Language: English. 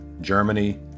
Germany